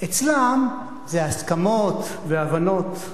אצלם זה הסכמות והבנות,